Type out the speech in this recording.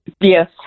yes